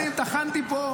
שמונה שנים טחנתי פה.